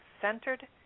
centered